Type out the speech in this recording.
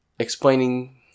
explaining